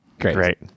Great